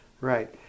right